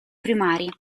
primari